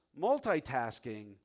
multitasking